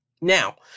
Now